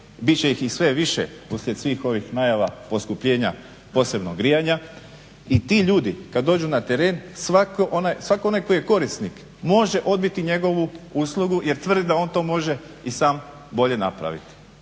će ih i sve više uslijed svih ovih najava poskupljenja posebno grijanja i ti ljudi koji dođu na teren, svak onaj tko je korisnik može odbiti njegovu uslugu jer tvrdi da on to može i sam bolje napraviti.